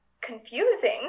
confusing